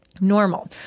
normal